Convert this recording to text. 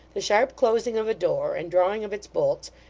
the sharp closing of a door and drawing of its bolts,